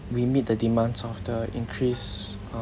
we meet the demands of the increased uh